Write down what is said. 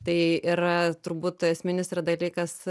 tai yra turbūt esminis yra dalykas